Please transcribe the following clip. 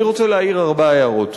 אני רוצה להעיר ארבע הערות.